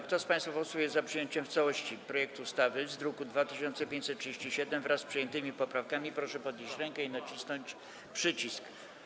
Kto z państwa posłów jest za przyjęciem w całości projektu ustawy z druku nr 2537, wraz z przyjętymi poprawkami, proszę podnieść rękę i nacisnąć przycisk.